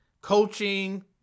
coaching